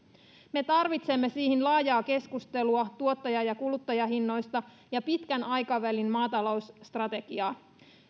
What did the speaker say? me tarvitsemme siihen laajaa keskustelua tuottaja ja kuluttajahinnoista ja pitkän aikavälin maatalousstrategiaa